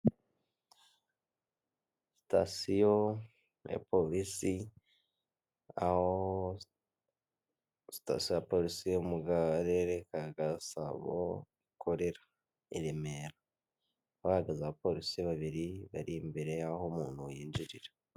Sitasiyo ya polisi, aho sitasiyo ya polisi yo mu karere ka Gasabo ikorera. i Remera. Hahagaze abapolisi babiri bari imbere y'aho umuntu yinjirira.